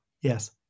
Yes